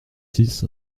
six